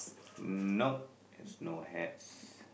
mm nope it's no hats